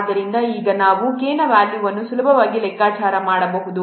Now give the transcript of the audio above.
ಆದ್ದರಿಂದ ಈಗ ನಾವು K ನ ವ್ಯಾಲ್ಯೂವನ್ನು ಸುಲಭವಾಗಿ ಲೆಕ್ಕಾಚಾರ ಮಾಡಬಹುದು